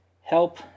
help